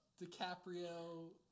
DiCaprio